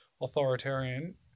authoritarian